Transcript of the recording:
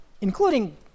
including